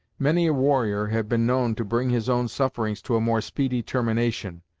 many a warrior had been known to bring his own sufferings to a more speedy termination,